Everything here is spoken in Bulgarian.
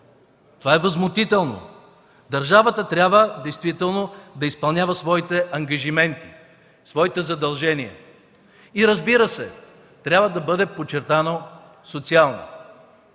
Това е възмутително! Държавата трябва да изпълнява своите ангажименти, своите задължения и, разбира се, трябва да бъде подчертано социално.